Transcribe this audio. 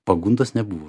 pagundos nebuvo